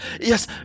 Yes